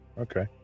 Okay